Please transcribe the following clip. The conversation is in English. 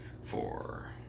four